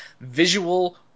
visual